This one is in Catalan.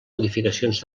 modificacions